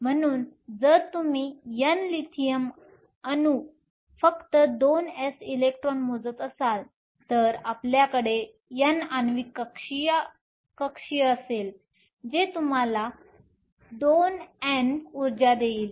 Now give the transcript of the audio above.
म्हणून जर तुम्ही N लिथियम अणू फक्त 2s इलेक्ट्रॉन मोजत असाल तर आपल्याकडे N आण्विक कक्षीय असेल जे तुम्हाला 2N ऊर्जा देईल